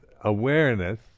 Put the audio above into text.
awareness